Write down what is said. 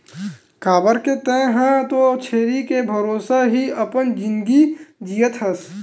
काबर के तेंहा तो छेरी के भरोसा ही अपन जिनगी जियत हस